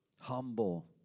humble